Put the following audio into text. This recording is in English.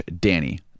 Danny